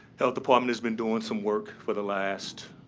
health department has been doing some work for the last